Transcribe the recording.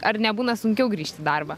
ar nebūna sunkiau grįžt į darbą